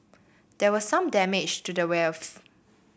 there was some damage to the valve